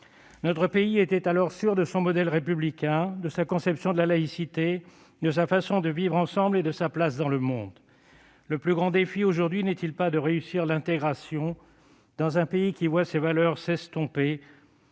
Notre pays était alors sûr de son modèle républicain, de sa conception de la laïcité, de sa façon de vivre ensemble et de sa place dans le monde. Le plus grand défi aujourd'hui n'est-il pas de réussir l'intégration dans un pays qui voit ses valeurs s'estomper,